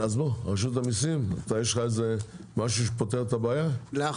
רשות המיסים, יש לך משהו שפותר את הבעיה?